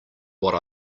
what